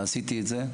ועשיתי את זה.